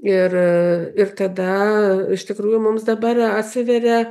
ir ir kada iš tikrųjų mums dabar atsiveria